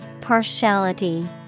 Partiality